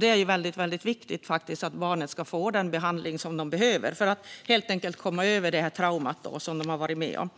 Det är väldigt viktigt att barnen får den behandling de behöver för att komma över det trauma som de har varit med om.